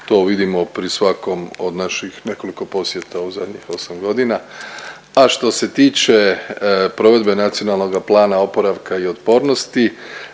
To vidimo pri svakom od naših nekoliko posjeta u zadnjih 8 godina, a što se tiče provedbe NPOO-a, mi smo tu jako dobri,